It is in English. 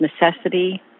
necessity